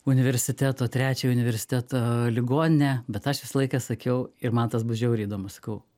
universiteto trečiojo universiteto ligoninę bet aš visą laiką sakiau ir man tas bus žiauriai įdomu sakau